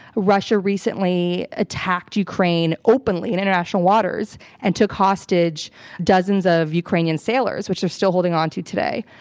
russia recently attacked ukraine openly in international waters, and took hostage dozens of ukrainian sailors which they're still holding on to today.